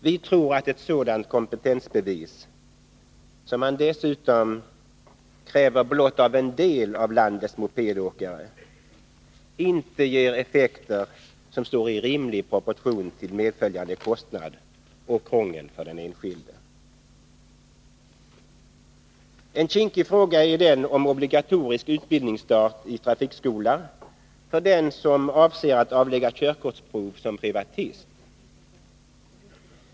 Vi tror att ett sådant kompetensbevis, som man dessutom kräver av blott en del av landets mopedåkare, inte ger effekter som står i rimlig proportion till medföljande kostnad och krångel för den enskilde. En kinkig fråga är den om obligatorisk utbildningsstart i trafikskola för den som avser att avlägga körkortsprov som privatist.